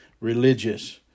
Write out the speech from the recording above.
religious